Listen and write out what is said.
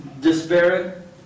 disparate